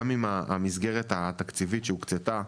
גם עם המסגרת התקציבית שהוקצתה.